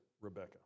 Rebecca